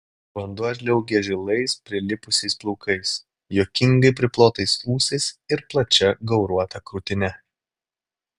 vanduo žliaugė žilais prilipusiais plaukais juokingai priplotais ūsais ir plačia gauruota krūtine